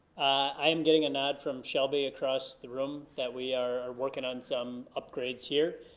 i am getting a nod from shelby across the room, that we are working on some upgrades here.